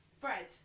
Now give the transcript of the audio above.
bread